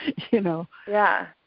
you know? yeah,